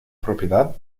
propiedad